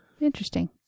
Interesting